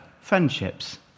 friendships